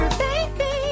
baby